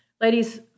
Ladies